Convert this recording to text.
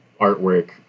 artwork